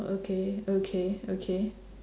okay okay okay